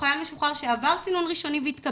חיילת משוחררים אחרי שעברו סינון ראשוני והתקבל,